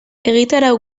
egitarau